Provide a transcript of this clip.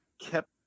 kept